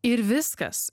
ir viskas